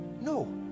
No